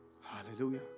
Hallelujah